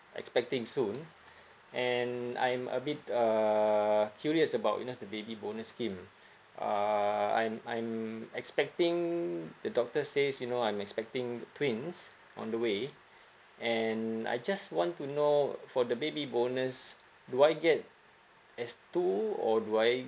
expecting soon and I'm a bit uh curious about you know the baby bonus scheme uh I'm I'm expecting the doctor says you know I'm expecting twins on the way and I just want to know for the baby bonus do I get as two or do I